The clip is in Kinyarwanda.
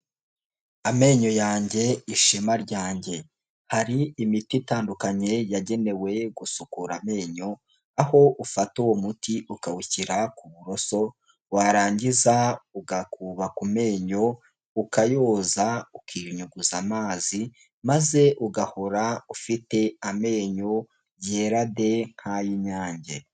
Amenyo yanjye ishema ryanjye. Hari imiti itandukanye yagenewe gusukura amenyo, aho ufata uwo muti ukawushyira ku buroso, warangiza ugakuba ku menyo, ukayoza, ukiyunyuguza amazi, maze ugahora ufite amenyo yera de nk'ay'Inyange.